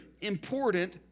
important